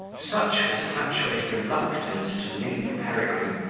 such was hatchway's reluctance to leave peregrine,